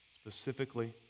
specifically